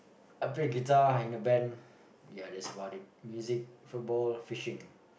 I play guitar in a band ya that's about it music football fishing